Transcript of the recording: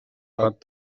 but